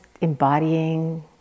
embodying